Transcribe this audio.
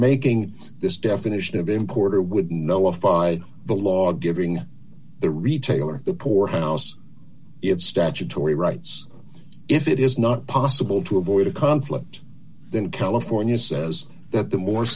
making this definition of importer with no off by the law giving the retailer the poorhouse it's statutory rights if it is not possible to avoid a conflict then california says that the more